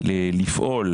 לפעול